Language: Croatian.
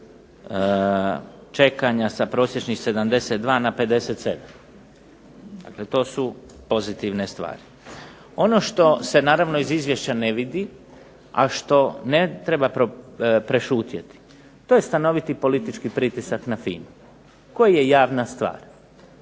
čekanja sa prosječnih 72 na 57. Dakle, to su pozitivne stvari. Ono što se naravno iz izvješća ne vidi, a što ne treba prešutjeti to je stanoviti politički pritisak na FINA-u koji je javna stvar.